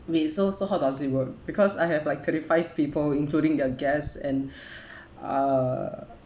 wait so so how does it work because I have like thirty five people including their guests and uh